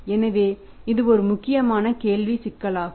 எனவே இது ஒரு முக்கியமான கேள்வி சிக்கலாகும்